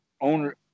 owner